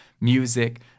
music